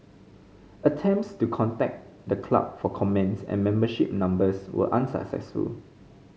attempts to contact the club for comments and membership numbers were unsuccessful